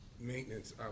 maintenance